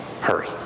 hurry